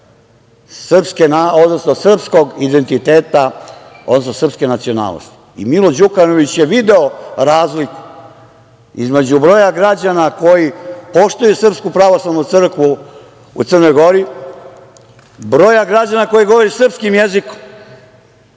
deo srpskog identiteta, odnosno srpske nacionalnosti. Milo Đukanović je video razliku između broja građana koji poštuju SPC u Crnoj Gori, broja građana koji govori srpskim jezikom,